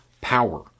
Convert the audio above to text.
Power